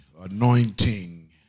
anointing